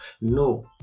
No